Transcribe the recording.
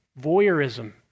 voyeurism